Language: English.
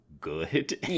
good